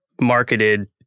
marketed